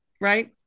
right